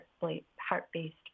heart-based